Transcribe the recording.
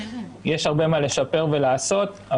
יש הרבה מה לשפר ולעשות,